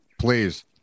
please